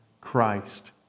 Christ